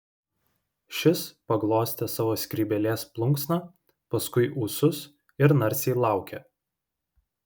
šis paglostė savo skrybėlės plunksną paskui ūsus ir narsiai laukė